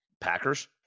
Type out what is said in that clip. Packers